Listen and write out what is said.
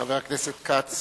חבר הכנסת כץ